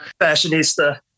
fashionista